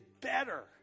better